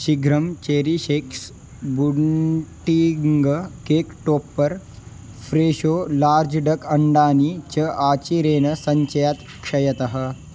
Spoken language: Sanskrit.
शीघ्रं चेरिशेक्स् bunting cake topper Fresho large duck अण्डानि च अचिरेण सञ्चयात् क्षयतः